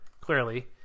clearly